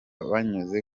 banyuze